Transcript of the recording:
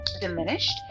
diminished